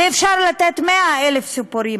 ואפשר לתת עוד מאה אלף סיפורים.